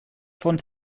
von